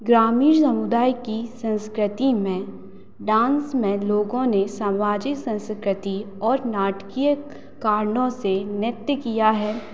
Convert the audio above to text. ग्रामीण समुदाय की संस्कृति में डाँस में लोगों ने सामाजिक संस्कृति और नाटकीय कारणों से नृत्य किया है